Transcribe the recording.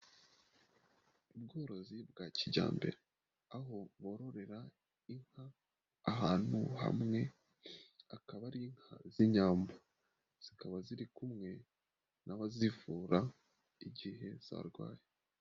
Ubworozi bwa kijyambere, aho bororera inka ahantu hamwe, akaba ari inka z'inyambo, zikaba ziri kumwe n'abazivura, igihe zarwaye.